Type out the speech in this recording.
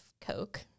Coke